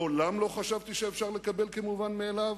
מעולם לא חשבתי שאפשר לקבל כמובן מאליו,